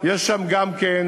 לא,